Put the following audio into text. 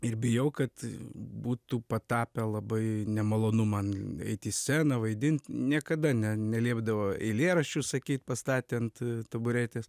ir bijau kad būtų patapę labai nemalonu man eiti į sceną vaidint niekada ne neliepdavo eilėraščių sakyt pastatę ant taburetės